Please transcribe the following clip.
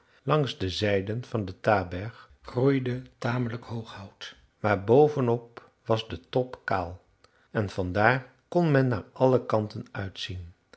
langs de zijden van den taberg groeide tamelijk hoog hout maar boven op was de top kaal en van daar kon men naar alle kanten uitzien